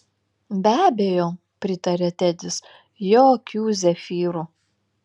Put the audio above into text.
be abejo pritarė tedis jokių zefyrų